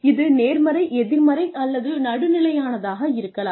இது நேர்மறை எதிர்மறை அல்லது நடுநிலையானதாக இருக்கலாம்